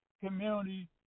community